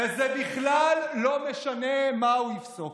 וזה בכלל לא משנה מה הוא יפסוק.